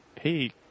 hey